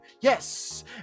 Yes